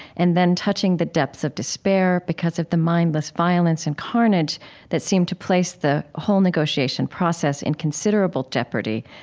and then touching the depths of despair because of the mindless violence and carnage that seemed to place the whole negotiation process in considerable jeopardy.